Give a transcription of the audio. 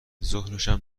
ظهرشم